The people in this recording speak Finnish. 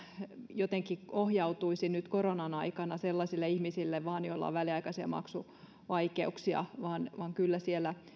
jotenkin ohjautuisi nyt koronan aikana vain sellaisille ihmisille joilla on väliaikaisia maksuvaikeuksia vaan vaan kyllä siellä